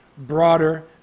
broader